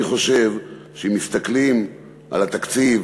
אני חושב שאם מסתכלים על התקציב,